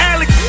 Alex